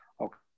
Okay